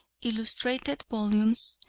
illustrated volumes,